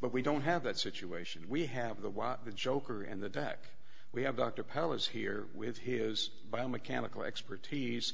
but we don't have that situation we have the while the joker and the deck we have dr powell is here with his biomechanical expertise